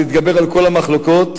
להתגבר על כל המחלוקת,